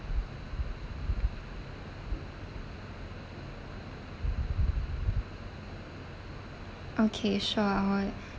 okay sure I'll